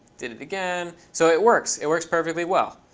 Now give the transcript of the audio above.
did it again. so it works. it works perfectly well.